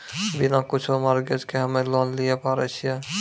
बिना कुछो मॉर्गेज के हम्मय लोन लिये पारे छियै?